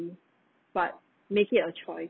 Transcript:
but make it a choice